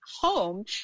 home